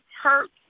hurt